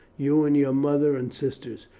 you and your mother and sisters.